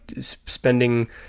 spending